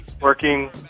working